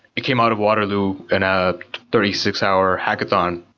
it came out of waterloo in a thirty six hour hackathon.